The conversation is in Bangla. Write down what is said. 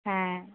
হ্যাঁ